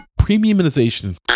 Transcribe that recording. Premiumization